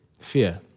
fear